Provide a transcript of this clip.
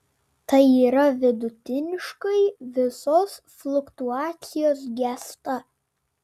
tai yra vidutiniškai visos fluktuacijos gęsta